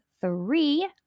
three